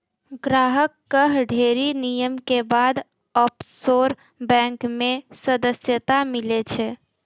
ग्राहक कअ ढ़ेरी नियम के बाद ऑफशोर बैंक मे सदस्यता मीलै छै